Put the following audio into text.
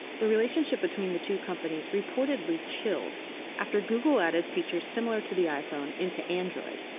the relationship between the two companies reportedly chilled after google added features similar to the iphone into android.